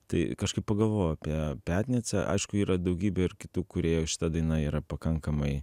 tai kažkaip pagalvojau apie petnicą aišku yra daugybė ir kitų kūrėjų šita daina yra pakankamai